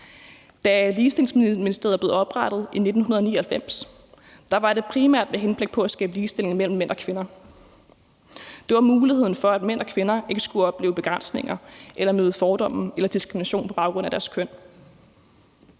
Da Ligestillingsministeriet blev oprettet i 1999, var det primært med henblik på at skabe ligestilling mellem mænd og kvinder. Det var muligheden for, at mænd og kvinder ikke skulle opleve begrænsninger eller møde fordomme eller diskrimination på baggrund af deres køn,